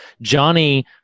Johnny